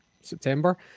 September